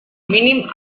mínim